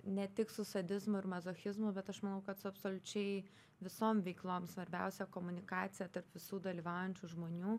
ne tik su sadizmu ir mazochizmu bet aš manau kad su absoliučiai visom veiklom svarbiausia komunikacija tarp visų dalyvaujančių žmonių